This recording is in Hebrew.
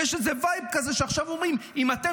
ויש איזה וייב כזה שעכשיו אומרים: אם אתם